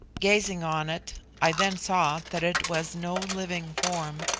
gazing on it, i then saw that it was no living form,